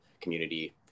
community